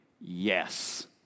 Yes